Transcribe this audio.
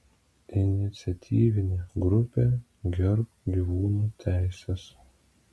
iniciatyvinė grupė gerbk gyvūnų teises